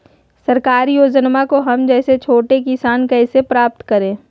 सरकारी योजना को हम जैसे छोटे किसान कैसे प्राप्त करें?